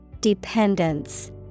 Dependence